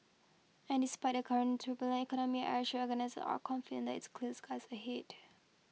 and despite the current turbulent economy Airshow organisers are confident that it's clear skies ahead